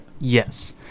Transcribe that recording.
Yes